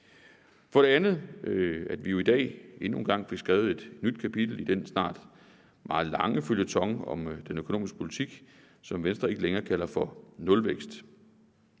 For det andet fik vi jo i dag endnu en gang skrevet et nyt kapitel i den snart meget lange føljeton om den økonomiske politik, som Venstre ikke længere kalder for nulvækst,